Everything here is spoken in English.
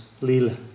lila